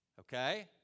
okay